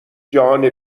جهان